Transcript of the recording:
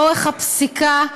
לאורך הפסיקה,